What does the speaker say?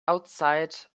outside